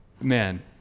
man